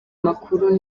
makuru